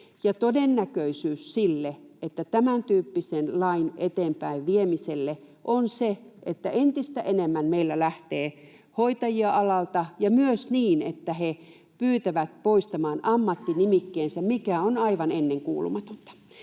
Todennäköisyys tämäntyyppisen lain eteenpäinviemisessä on se, että entistä enemmän meiltä lähtee hoitajia alalta, ja myös niin, että he pyytävät poistamaan ammattinimikkeensä, mikä on aivan ennenkuulumatonta.